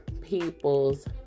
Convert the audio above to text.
people's